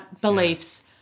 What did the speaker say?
beliefs